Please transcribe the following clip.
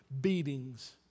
Beatings